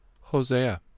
Hosea